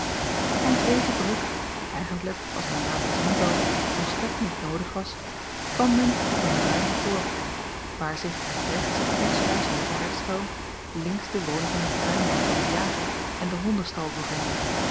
langs deze brug die eigentlijk als men later zien zal volstrekt niet noodig was kwam men op een ruim voorplein waar zich rechts het koetshuis en de paardestal links de woning van den tuinman en van den jager en de hondestal bevonden